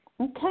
Okay